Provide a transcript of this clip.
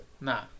Nah